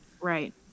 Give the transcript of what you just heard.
right